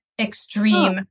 extreme